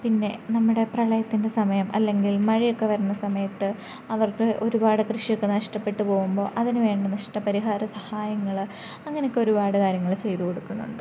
പിന്നെ നമ്മുടെ പ്രളയത്തിൻ്റെ സമയം അല്ലെങ്കിൽ മഴയൊക്കെ വരുന്ന സമയത്ത് അവർക്ക് ഒരുപാട് കൃഷിയൊക്കെ നഷ്ടപ്പെട്ടു പോകുമ്പോൾ അതിനുവേണ്ട നഷ്ട പരിഹാര സഹായങ്ങൾ അങ്ങനെയൊക്കെ ഒരുപാട് കാര്യങ്ങൾ ചെയ്തുകൊടുക്കുന്നുണ്ട്